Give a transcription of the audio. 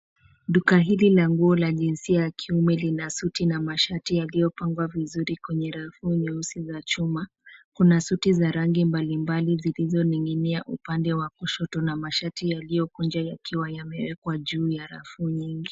Duka hili na nguo la jinsia ya kiume lina suti na masharti yaliyopangwa vizuri kwenye rafu nyeusi za chuma. Kuna suti za rangi mbalimbali zilizoning'inia upande wa kushoto na masharti yaliyokujwa yakiwa yamewekwa juu ya rafu nyingi.